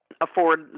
Afford